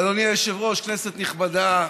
אדוני היושב-ראש, כנסת נכבדה,